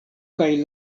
kaj